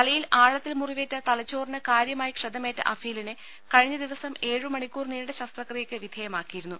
തലയിൽ ആഴത്തിൽ മുറിവേറ്റ് തല ച്ചോറിന് കാര്യമായ ക്ഷതമേറ്റ അഫീലിനെ കഴിഞ്ഞ ദിവസം ഏഴു മണിക്കൂർ നീണ്ട ശസ്ത്രക്രിയക്ക് വിധേയമാക്കിയിരുന്നു